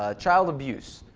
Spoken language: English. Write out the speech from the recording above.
ah child abuse.